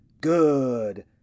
good